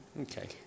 Okay